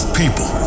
people